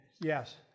yes